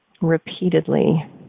Repeatedly